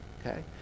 okay